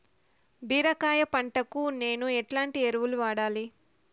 బీరకాయ పంటకు నేను ఎట్లాంటి ఎరువులు వాడాలి?